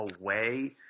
away